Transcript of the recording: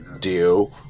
deal